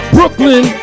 Brooklyn